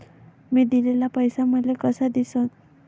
मी दिलेला पैसा मले कसा दिसन?